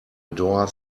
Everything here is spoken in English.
door